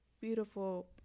beautiful